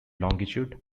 longitude